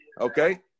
Okay